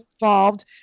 involved